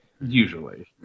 Usually